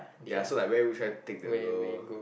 ya so like where would you try to take the girl